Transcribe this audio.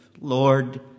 Lord